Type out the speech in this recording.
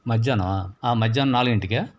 మధ్యాహ్నమా మధ్యాహ్నం నాలుగింటికా